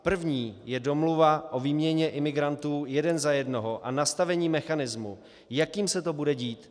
První je domluva o výměně imigrantů jeden za jednoho a nastavení mechanismu, jakým se to bude dít.